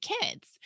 kids